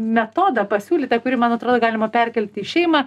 metodą pasiūlėte kurį man atrodo galima perkelti į šeimą